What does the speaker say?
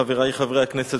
חברי חברי הכנסת,